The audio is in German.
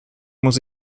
muss